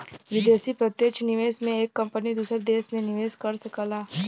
विदेशी प्रत्यक्ष निवेश में एक कंपनी दूसर देस में निवेस कर सकला